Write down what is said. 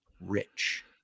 Rich